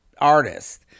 artist